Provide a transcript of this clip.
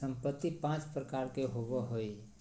संपत्ति पांच प्रकार के होबो हइ